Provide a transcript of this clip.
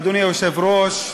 אדוני היושב-ראש,